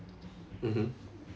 mmhmm